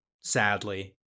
sadly